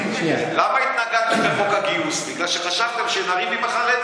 חלק מהמצביעים שלכם הם כאלה שלא פיללו לממשלה